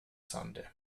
sande